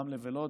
רמלה ולוד,